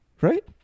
right